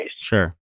Sure